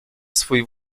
swój